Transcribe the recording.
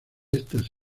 estas